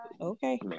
okay